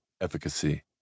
efficacy